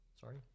Sorry